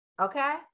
Okay